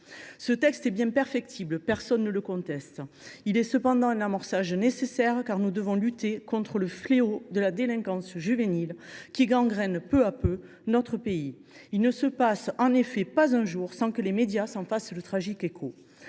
Ce texte est bien perfectible, personne ne le conteste. Il constitue cependant un amorçage nécessaire pour lutter contre le fléau de la délinquance juvénile, qui gangrène peu à peu notre pays. Il ne se passe en effet pas un jour sans que les médias s’en fassent le tragique écho.